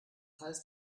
heißt